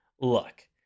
look